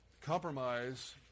Compromise